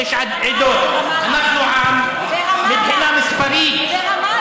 זה גם הממשלות האלה לדורותיהן.